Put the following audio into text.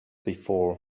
before